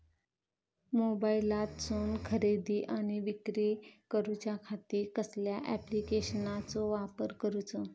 मोबाईलातसून खरेदी आणि विक्री करूच्या खाती कसल्या ॲप्लिकेशनाचो वापर करूचो?